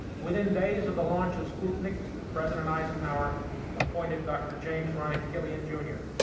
within days of the launch of sputnik, president eisenhower appointed dr. james rhyne killian jr,